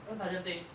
我是 sergeant 对